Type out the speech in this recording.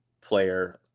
player